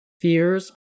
Fears